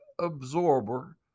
absorber